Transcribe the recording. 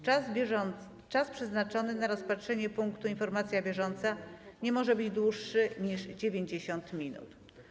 Czas przeznaczony na rozpatrzenie punktu: Informacja bieżąca nie może być dłuższy niż 90 minut.